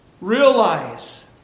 realize